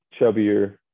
chubbier